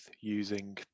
using